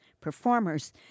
performers